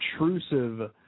intrusive